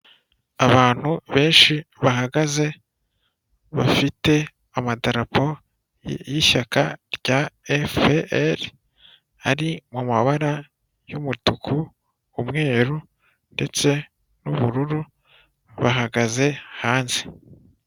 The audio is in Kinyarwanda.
Abantu benshi bahagaze bafite amadarapo yishyaka rya "FPR" ari mumabara y’ umutuku, umweru ndetse n’ubururu bahagaze hanze.